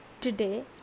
today